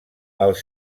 els